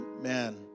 man